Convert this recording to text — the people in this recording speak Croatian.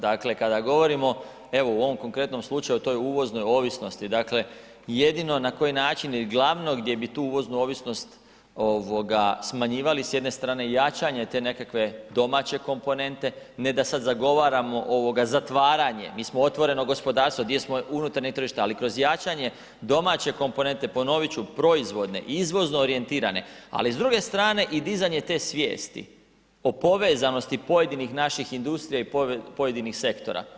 Dakle kada govorimo, evo u ovom konkretnom slučaju toj uvoznoj ovisnosti, jedino na koji način ili glavno gdje bi tu uvoznu ovisnost smanjivali s jedne strane i jačanje te nekakve domaće komponente, ne da sada zagovaramo zatvaranje, mi smo otvoreno gospodarstvo, dio smo unutarnjeg tržišta ali kroz jačanje domaće komponente, ponoviti ću proizvodne, izvozno orijentirane ali s druge strane i dizanje te svijesti o povezanosti pojedinih naših industrija i pojedinih sektora.